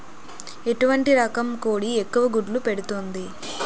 ఎటువంటి రకం కోడి ఎక్కువ గుడ్లు పెడుతోంది?